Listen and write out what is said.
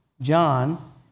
John